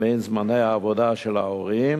בין זמני העבודה של ההורים